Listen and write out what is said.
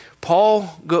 Paul